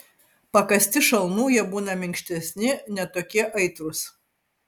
pakąsti šalnų jie būna minkštesni ne tokie aitrūs